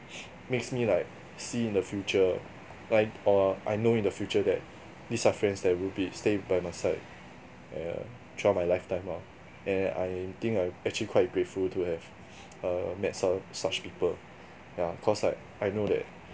makes me like see in the future like oh I know that in the future these are friends that will be stay by my side ya throughout my life time lah and I think I'm actually grateful to have(uh) met su~ such people ya cause like I know that